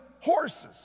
horses